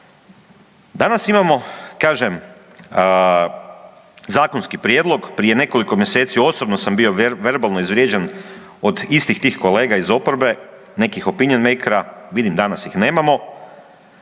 Danas imamo kažem zakonski prijedlog, prije nekoliko mjeseci osobno sam bio verbalno izvrijeđan od istih tih kolega iz oporbe, …/Govornik se ne razumije. vidim danas ih nemamo,